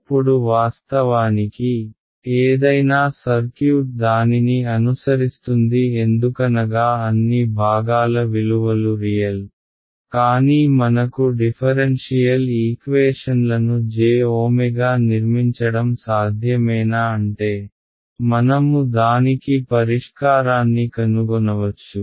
ఇప్పుడు వాస్తవానికి ఏదైనా సర్క్యూట్ దానిని అనుసరిస్తుంది ఎందుకనగా అన్ని భాగాల విలువలు రియల్ కానీ మనకు డిఫరెన్షియల్ ఈక్వేషన్లను jw నిర్మించడం సాధ్యమేనా అంటే మనము దానికి పరిష్కారాన్ని కనుగొనవచ్చు